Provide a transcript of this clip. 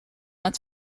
het